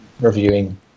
reviewing